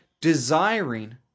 desiring